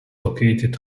located